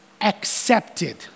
accepted